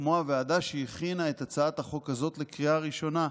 כמו הוועדה שהכינה את הצעת החוק הזאת לקריאה ראשונה,